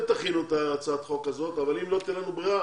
תכינו את הצעת החוק הזאת אבל אם לא תהיה לנו ברירה,